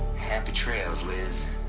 happy trails, lis.